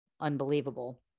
unbelievable